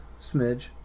smidge